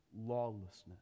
lawlessness